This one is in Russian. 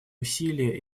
усилия